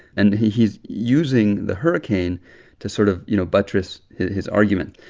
and he's using the hurricane to sort of, you know, buttress his argument.